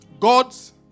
God's